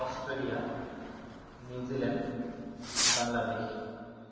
Australia New Zealand Bangladesh